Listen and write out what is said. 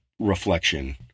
reflection